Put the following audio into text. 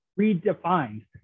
redefined